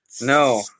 No